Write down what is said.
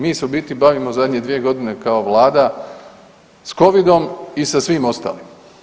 Mi se u biti bavimo zadnje 2 godine kao Vlada s Covidom i sa svim ostalim.